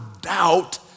doubt